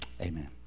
amen